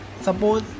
Suppose